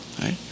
right